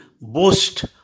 boast